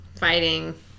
fighting